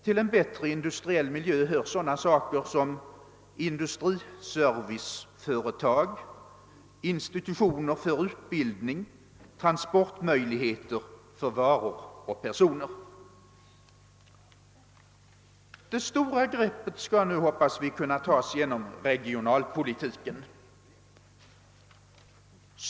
Till en bättre industriell miljö hör sådana saker som industriserviceföretag, institutioner för utbildning, transportmöjligheter för varor och personer. Det stora greppet skall nu, hoppas vi, kunna tas genom regionalpolitiken.